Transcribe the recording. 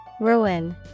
Ruin